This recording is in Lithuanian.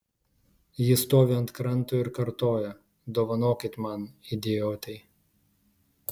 ji stovi ant kranto ir kartoja dovanokit man idiotei